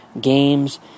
games